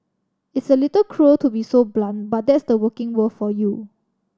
it's a little cruel to be so blunt but that's the working world for you